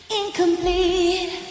incomplete